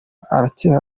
arakira